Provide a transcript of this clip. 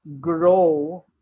grow